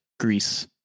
Greece